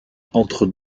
entre